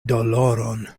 doloron